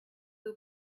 who